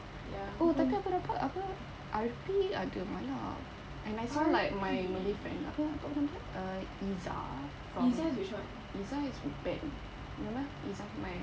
oh aku dapat apa R_P ada mala and I saw like my malay friend apa apa nama dia uh izzah from izzah is from band remember izzah my